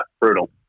brutal